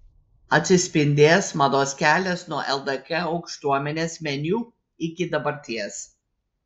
atsispindės mados kelias nuo ldk aukštuomenės menių iki dabarties